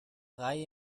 drei